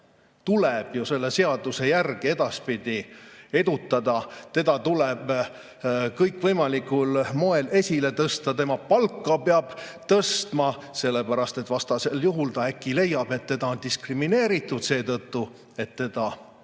tuleb ju selle seaduse järgi edaspidi edutada, teda tuleb kõikvõimalikul moel esile tõsta, tema palka peab tõstma, sellepärast et vastasel juhul ta äkki leiab, et teda on diskrimineeritud seetõttu, et ta